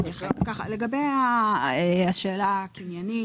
לגבי השאלה הקניינית.